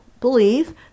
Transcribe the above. believe